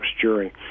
Jury